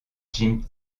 jim